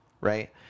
right